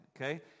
okay